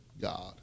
God